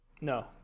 no